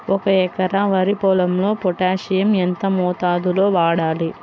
ఒక ఎకరా వరి పొలంలో పోటాషియం ఎంత మోతాదులో వాడాలి?